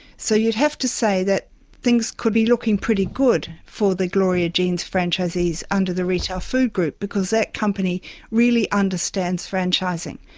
so you'd have to say that things could be pretty good for the gloria jean's franchisees under the retail food group because that company really understands franchising.